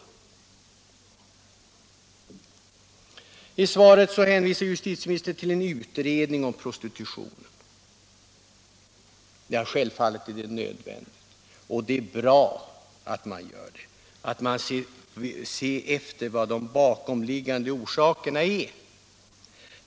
— prostitution I svaret hänvisar justitieministern till en utredning om prostitutionen. Självfallet är det nödvändigt och bra att man utreder de bakomliggande orsakerna.